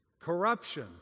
Corruption